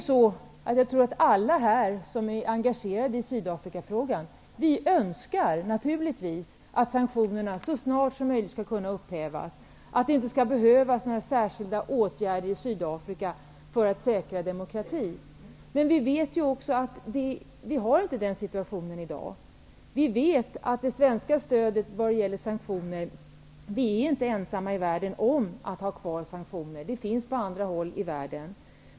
Men alla här som är engagerade i Sydafrikafrågan önskar naturligtvis, tror jag, att sanktionerna så snart som möjligt skall kunna upphävas och att det inte skall behövas särskilda åtgärder i Sydafrika för att säkra demokratin. Men samtidigt vet vi att den situationen inte råder i dag. Vi i Sverige är inte ensamma i världen om att ha kvar sanktionsstödet, utan det stödet finns kvar också på andra håll i världen.